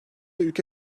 ülke